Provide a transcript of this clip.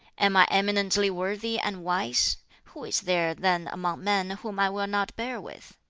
am i eminently worthy and wise who is there then among men whom i will not bear with?